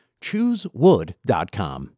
Choosewood.com